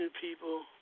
people